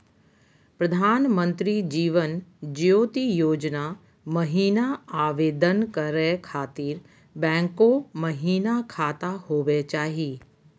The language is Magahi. प्रधानमंत्री जीवन ज्योति योजना महिना आवेदन करै खातिर बैंको महिना खाता होवे चाही?